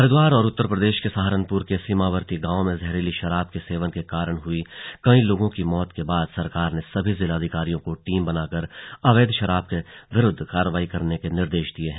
हरिद्वार और उत्तर प्रदेश के सहारनपुर के सीमावर्ती गांव में जहरीली शराब के सेवन के कारण हई कई लोगों की मौत के बाद सरकार ने सभी जिलाधिकारियों को टीम बनाकर अवैध शराब के विरुद्ध कार्रवाई करने के निर्देश दिये हैं